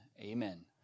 Amen